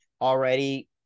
already